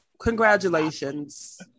congratulations